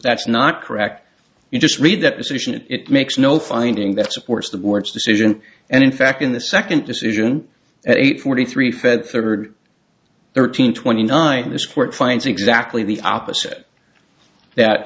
that's not correct you just read that decision and it makes no finding that supports the board's decision and in fact in the second decision at eight forty three fed third thirteen twenty nine this court finds exactly the opposite that